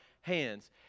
hands